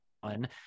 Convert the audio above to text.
one